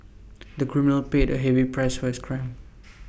the criminal paid A heavy price for his crime